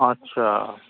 আচ্ছা